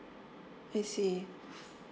I see